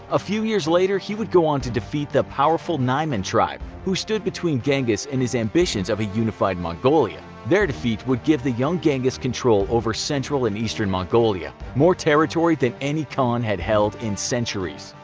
a few years later he would go on to defeat the powerful naiman tribe, who stood between genghis and his ambitions of a unified mongolia. their defeat would give the young genghis control over central and eastern mongolia more territory than any khan had held in centuries.